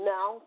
Now